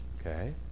Okay